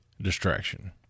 distraction